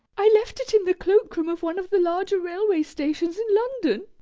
i left it in the cloak-room of one of the larger railway stations in london.